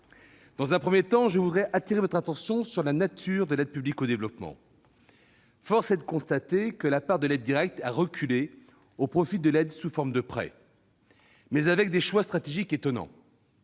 Tout d'abord, je voudrais attirer votre attention sur la nature de l'aide publique au développement. Force est de constater que la part de l'aide directe a reculé au profit de l'aide sous forme de prêts en vertu de choix stratégiques étonnants.